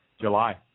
July